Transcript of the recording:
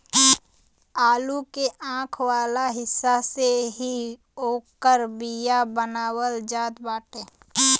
आलू के आंख वाला हिस्सा से ही ओकर बिया बनावल जात बाटे